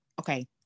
okay